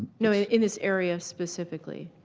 you know in this area specifically.